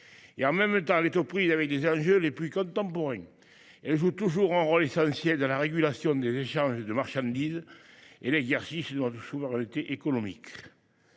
et, en même temps, elle est aux prises avec les enjeux les plus contemporains. Elle joue toujours un rôle essentiel dans la régulation des échanges de marchandises et l’exercice de notre souveraineté économique.